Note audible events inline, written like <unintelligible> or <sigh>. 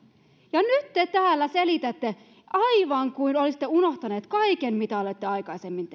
ja nyt te täällä selitätte aivan kuin olisitte unohtaneet kaiken mitä olette aikaisemmin <unintelligible>